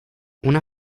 una